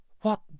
What